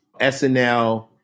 SNL